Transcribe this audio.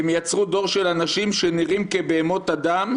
"הם יצרו דור של אנשים שנראים כבהמות אדם,